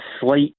slight